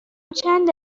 چند